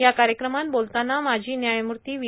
या कार्यक्रमात बोलताना माजी न्यायमूर्ती व्ही